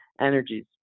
energies